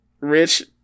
Rich